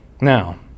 Now